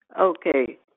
Okay